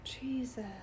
Jesus